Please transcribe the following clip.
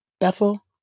Bethel